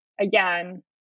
again